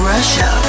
Russia